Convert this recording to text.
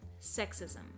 Sexism